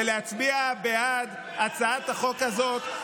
ולהצביע בעד הצעת החוק הזאת,